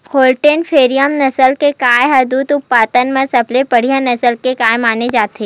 Holstein Friesian नसल के गाय ह दूद उत्पादन म सबले बड़िहा नसल के गाय माने जाथे